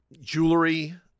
jewelry